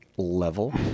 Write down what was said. level